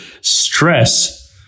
stress